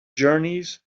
journeys